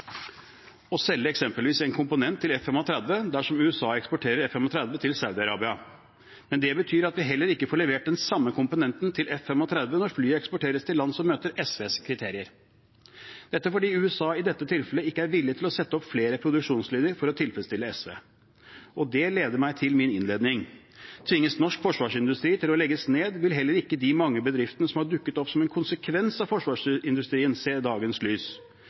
å selge eksempelvis en komponent til F-35 dersom USA eksporterer F-35 til Saudi-Arabia, men det betyr at vi heller ikke får levert den samme komponenten til F-35 når flyet eksporteres til land som møter SVs kriterier, dette fordi USA i dette tilfellet ikke er villig til å sette opp flere produksjonslinjer for å tilfredsstille SV. Det leder meg til min innledning: Tvinges norsk forsvarsindustri til å legge ned, vil heller ikke de mange bedriftene som har dukket opp som en konsekvens av forsvarsindustrien, se dagens lys.